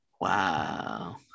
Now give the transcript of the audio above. Wow